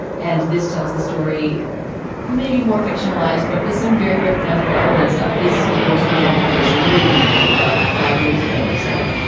and this tells the story maybe more fictionalized, but with some very recognizable elements of his divorce from jennifer jason leigh about five years ago or so.